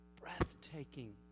breathtaking